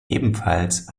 ebenfalls